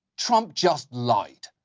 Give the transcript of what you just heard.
trump just lied.